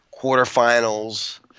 quarterfinals